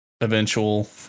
eventual